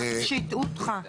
אמרתי שהטעו אותך.